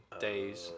days